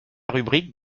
rubrique